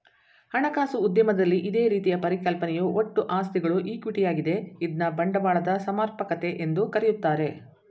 ಹಣಕಾಸು ಉದ್ಯಮದಲ್ಲಿ ಇದೇ ರೀತಿಯ ಪರಿಕಲ್ಪನೆಯು ಒಟ್ಟು ಆಸ್ತಿಗಳು ಈಕ್ವಿಟಿ ಯಾಗಿದೆ ಇದ್ನ ಬಂಡವಾಳದ ಸಮರ್ಪಕತೆ ಎಂದು ಕರೆಯುತ್ತಾರೆ